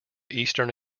eastern